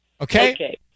Okay